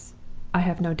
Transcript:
i have no doubt,